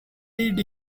did